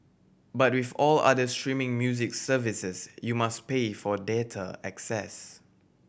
but with all other streaming music services you must pay for data access